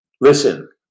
Listen